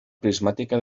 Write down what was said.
prismàtica